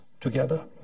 together